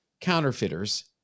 counterfeiters